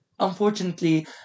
Unfortunately